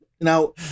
now